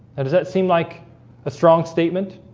how does that seem like a strong statement